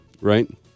right